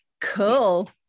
cool